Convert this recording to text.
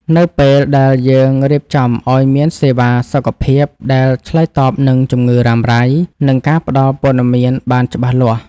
នៅពេលដែលយើងរៀបចំឱ្យមានសេវាសុខភាពដែលឆ្លើយតបនឹងជំងឺរ៉ាំរ៉ៃ និងការផ្ដល់ព័ត៌មានបានច្បាស់លាស់។